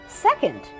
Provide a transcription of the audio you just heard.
Second